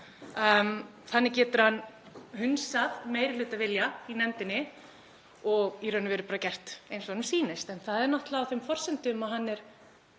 Þannig getur hann hunsað meirihlutavilja í nefndinni og í raun og veru bara gert eins og honum sýnist. En það er náttúrlega á þeim forsendum að hann er